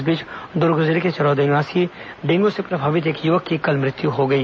इस बीच दुर्ग जिले के चरोदा निवासी डेंगू से प्रभावित एक युवक की कल मृत्यु हो गई